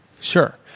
sure